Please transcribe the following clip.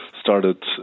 started